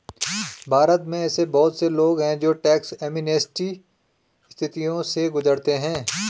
भारत में ऐसे बहुत से लोग हैं जो टैक्स एमनेस्टी स्थितियों से गुजरते हैं